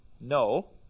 No